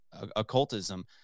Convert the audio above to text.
occultism